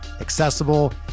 accessible